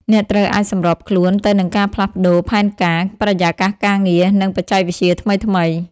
អ្នកត្រូវអាចសម្របខ្លួនទៅនឹងការផ្លាស់ប្តូរផែនការ បរិយាកាសការងារ និងបច្ចេកវិទ្យាថ្មីៗ។